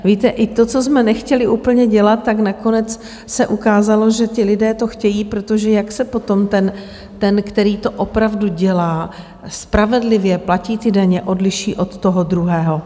Víte, i to, co jsme nechtěli úplně dělat, tak nakonec se ukázalo, že ti lidé to chtějí, protože jak se potom ten, který to opravdu dělá spravedlivě, platí daně, odliší od toho druhého?